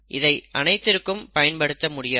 இதை அனைத்திற்கும் பயன்படுத்த முடியாது